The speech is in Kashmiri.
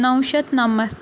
نَو شیٚتھ نَمَتھ